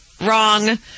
wrong